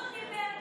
הוא דיבר דקה,